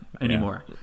anymore